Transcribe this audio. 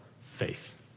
faith